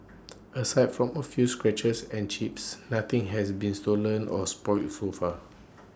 aside from A few scratches and chips nothing has been stolen or spoilt so far